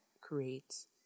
creates